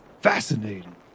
Fascinating